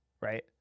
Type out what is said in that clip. right